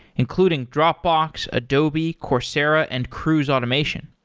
including dropbox, adobe, coursera and cruise automation.